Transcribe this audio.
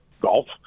golf